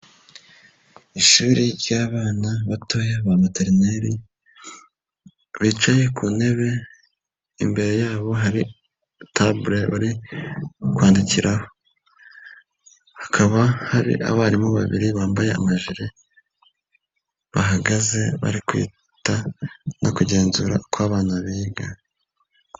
Ishuri ry'abana batoya ba materineri bicaye ku ntebe, imbere yabo hari tabule bari kwandikiraho, hakaba hari abarimu babiri bambaye amajiri bahagaze bari kwita no kugenzura uko abana biga.